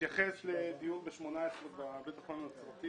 בהתייחס לדיון ב-2018, בבית החולים בנצרת,